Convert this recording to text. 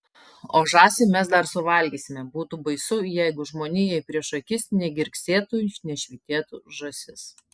o žąsį mes dar suvalgysime būtų baisu jeigu žmonijai prieš akis negirgsėtų nešvytėtų žąsis